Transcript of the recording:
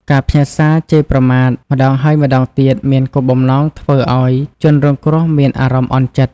ការផ្ញើសារជេរប្រមាថម្តងហើយម្តងទៀត មានគោលបំណងធ្វើឲ្យជនរងគ្រោះមានអារម្មណ៍អន់ចិត្ត។